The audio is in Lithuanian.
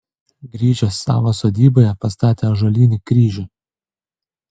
grįžęs savo sodyboje pastatė ąžuolinį kryžių